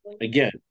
Again